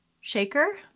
shaker